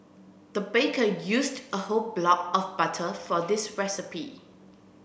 the baker used a whole block of butter for this recipe